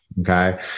Okay